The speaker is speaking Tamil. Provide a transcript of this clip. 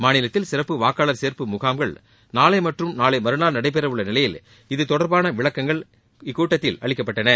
மாநிலத்தில் சிறப்பு வாக்காளர் சேர்ப்பு முகாம்கள் நாளை மற்றம் நாளை மறநாள் நடைபெறவுள்ள நிலையில் இது தொடர்பான விளக்கங்கள் இக்கூட்டத்தில் அளிக்கப்பட்டன